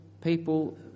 people